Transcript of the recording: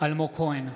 אלמוג כהן,